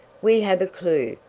we have a clew.